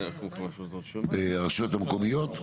הרשויות המקומיות,